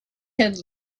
had